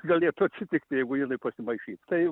galėtų atsitikti jeigu jinai pasimaišys tai